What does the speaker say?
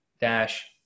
dash